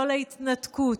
לא להתנתקות,